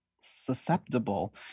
susceptible